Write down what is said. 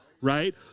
right